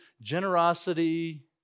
generosity